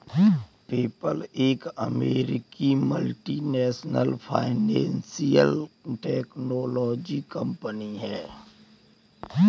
PayPal एक अमेरिकी multinational financial technology company है